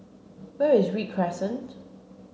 where is Read Crescent